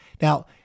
Now